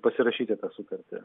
pasirašyti tą sutartį